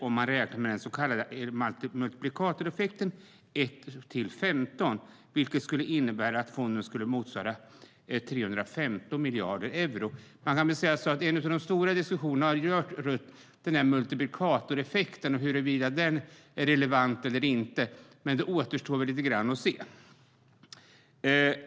Om man räknar med den så kallade multiplikatoreffekten 1:15 innebär det att fonden motsvarar 315 miljarder euro. En av de stora diskussionerna har rört just multiplikatoreffekten, huruvida den är relevant eller inte. Det återstår lite grann att se.